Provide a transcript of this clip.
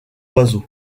oiseaux